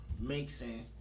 mixing